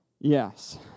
Yes